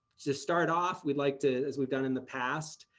just start off we'd like to, as we've done in the past.